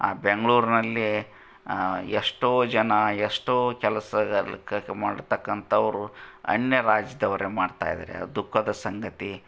ಆ ಬೆಂಗಳೂರ್ನಲ್ಲಿ ಎಷ್ಟೋ ಜನ ಎಷ್ಟೋ ಕೆಲಸದಲ್ಲಿ ಕ ಮಾಡಿರ್ತಕ್ಕಂಥವ್ರು ಅನ್ಯ ರಾಜ್ಯದವತರೇ ಮಾಡ್ತಾ ಇದ್ದಾರೆ ದುಃಖದ ಸಂಗತಿ